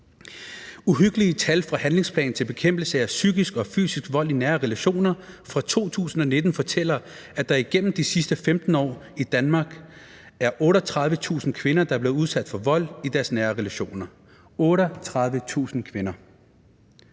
Uhyggelige tal fra handlingsplanen til bekæmpelse af fysisk og psykisk vold i nære relationer fra 2019 fortæller, at der igennem de sidste 15 år i Danmark er 38.000 kvinder, der er blevet udsat for vold i deres nære relationer – 38.000 kvinder.